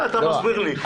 אתה מסביר לי.